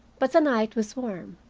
but the night was warm.